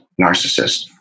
narcissist